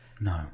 No